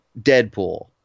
Deadpool